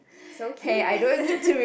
so